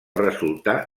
resultar